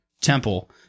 temple